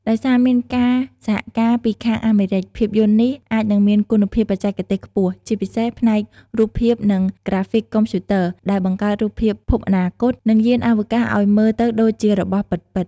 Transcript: ដោយសារមានការសហការពីខាងអាមេរិក ភាពយន្តនេះអាចនឹងមានគុណភាពបច្ចេកទេសខ្ពស់ ជាពិសេសផ្នែករូបភាពនិង ក្រាហ្វិកកុំព្យូទ័រ ដែលបង្កើតរូបភាពភពអនាគត និងយានអវកាសឱ្យមើលទៅដូចជារបស់ពិតៗ ។